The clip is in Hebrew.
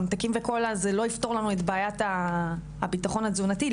ממתקים וקולה זה לא יפתור לנו את בעיית הביטחון התזונתי,